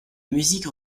musique